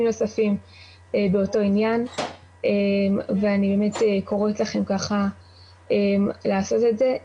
נוספים באותו עניין ואני באמת קוראת לכם לעשות את זה,